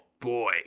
boy